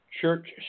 Church